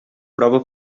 prova